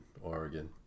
Oregon